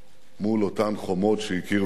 מול אותן חומות שהכיר ואהב.